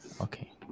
Okay